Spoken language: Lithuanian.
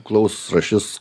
klaus rašys